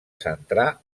centrar